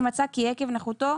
אם מצאה כי עקב נכותו,